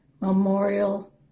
memorial